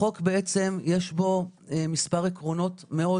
החוק בעצם יש בו מספר עקרונות מאוד